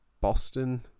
Boston